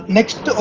Next